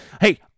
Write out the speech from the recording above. Hey